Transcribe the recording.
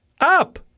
up